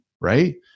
Right